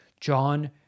John